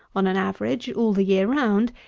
on an average, all the year round,